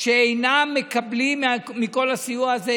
שאינם מקבלים דבר מכל הסיוע הזה,